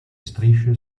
strisce